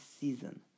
season